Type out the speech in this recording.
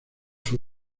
sus